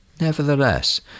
Nevertheless